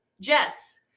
Jess